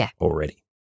already